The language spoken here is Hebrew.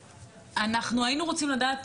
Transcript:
אנחנו היינו רוצים לדעת,